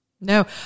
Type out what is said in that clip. No